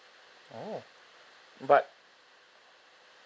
oh but